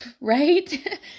right